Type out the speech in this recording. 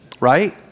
right